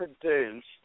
produced